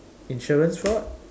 insurance fraud